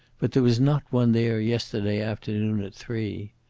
but there was not one there yesterday afternoon at three.